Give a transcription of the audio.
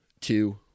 two